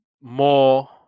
more